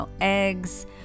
eggs